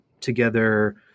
together